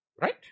Right